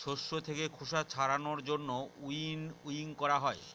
শস্য থাকে খোসা ছাড়ানোর জন্য উইনউইং করা হয়